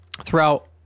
throughout